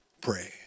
pray